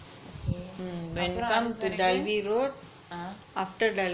okay அப்பறம் அது பிறகு:apparam athu piragu (uh huh)